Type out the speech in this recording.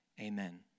amen